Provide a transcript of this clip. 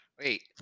Wait